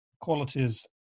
qualities